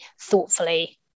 thoughtfully